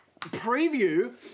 preview